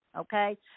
Okay